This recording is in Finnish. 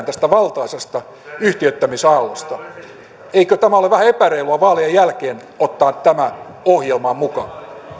tästä valtaisasta yhtiöittämisaallosta vaaleissa yhtään mitään eikö ole vähän epäreilua vaalien jälkeen ottaa tämä ohjelmaan mukaan